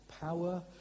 power